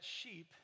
sheep